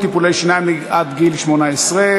טיפולי שיניים לילדים עד גיל 18),